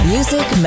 Music